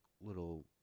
little